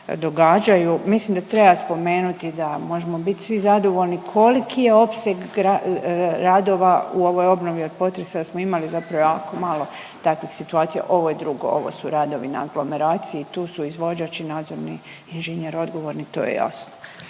Mislim da treba spomenuti da možemo bit svi zadovoljni koliki je opseg radova, u ovoj obnovi od potresa smo imali zapravo jako malo takvih situacija, ovo je drugo, ovo su radovi na aglomeraciji, tu su izvođač i nadzorni inženjer odgovorni, to je jasno.